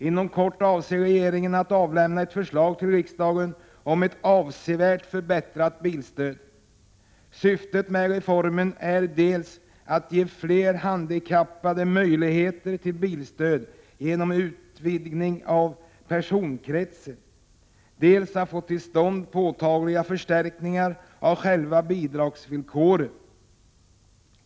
Inom kort avser regeringen att avlämna ett förslag till riksdagen om ett avsevärt förbättrat bilstöd. Syftet med reformen är dels att ge fler handikappade möjligheter till bilstöd genom en utvidgning av personkretsen, dels att få till stånd påtagliga förstärkningar av själva bidragsvillkoren.